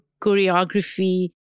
choreography